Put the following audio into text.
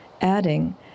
adding